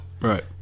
Right